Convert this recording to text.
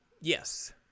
Yes